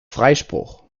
freispruch